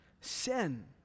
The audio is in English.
sin